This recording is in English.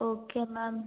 okay ma'am